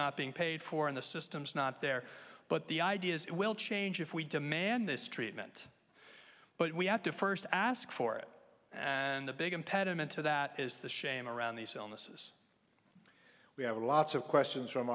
not being paid for in the system is not there but the idea is it will change if we demand this treatment but we have to first ask for it and the big impediment to that is the shame around these illnesses we have lots of questions from